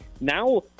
Now